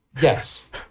yes